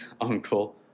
Uncle